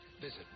visit